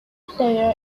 player